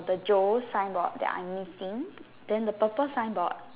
the Joe signboard that are missing then the purple signboard